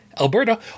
Alberta